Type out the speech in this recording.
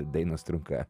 dainos trunka